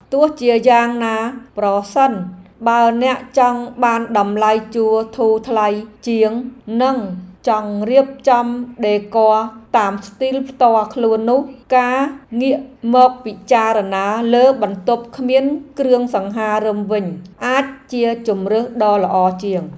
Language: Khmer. ទោះជាយ៉ាងណា ប្រសិនបើអ្នកចង់បានតម្លៃជួលធូរថ្លៃជាង និងចង់រៀបចំដេគ័រតាមស្ទីលផ្ទាល់ខ្លួននោះ ការងាកមកពិចារណាលើបន្ទប់គ្មានគ្រឿងសង្ហារិមវិញ អាចជាជម្រើសដ៏ល្អជាង។